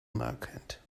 merchant